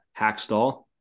Hackstall